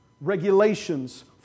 regulations